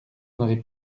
n’aurais